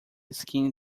skin